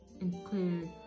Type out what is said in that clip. include